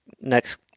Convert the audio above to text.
next